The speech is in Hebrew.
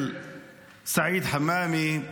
של סעיד חמאמי,